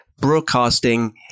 broadcasting